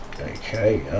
Okay